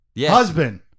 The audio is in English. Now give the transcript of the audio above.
Husband